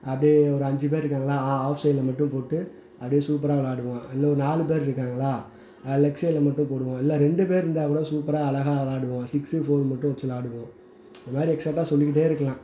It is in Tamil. அப்படியே ஒரு அஞ்சு பேர் இருக்காங்களா ஆ ஆஃப் சைட்டில் மட்டும் போட்டு அப்படியே சூப்பராக விளையாடுவோம் இல்லை ஒரு நாலு பேர் இருக்காங்களா லெக் சைடில் மட்டும் போடுவோம் இல்லை ரெண்டு பேர் இருந்தால் கூட சூப்பராக அழகா விளையாடுவோம் சிக்ஸு ஃபோரு மட்டும் வச்சு விளையாடுவோம் இது மாதிரி எக்ஸாக்ட்டாக சொல்லிக்கிட்டே இருக்கலாம்